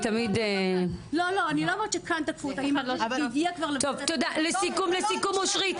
אני תמיד -- אני לא אומרת שכאן תקפו אותה -- טוב לסיכום אושרית,